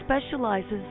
specializes